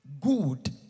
good